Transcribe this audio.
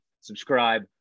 subscribe